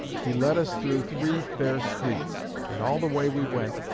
he led us through three fair streets and all the way we went,